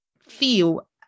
feel